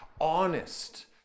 honest